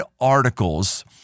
articles